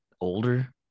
older